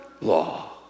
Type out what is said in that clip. law